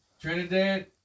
Trinidad